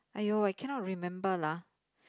!aiyo! I cannot remember lah